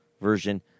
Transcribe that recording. version